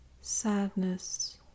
sadness